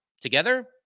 together